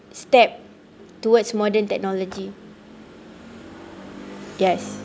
step towards modern technology yes